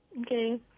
Okay